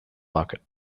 bucket